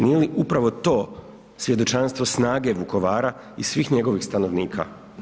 Nije li upravo to svjedočanstvo snage Vukovara i svih njegovih stanovnika?